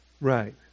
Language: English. right